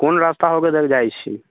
कोन रास्ता होके जाइ छी